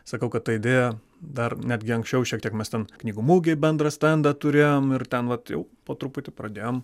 sakau kad ta idėja dar netgi anksčiau šiek tiek mes ten knygų mugėj bendrą stendą turėjom ir ten vat jau po truputį pradėjom